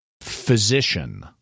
physician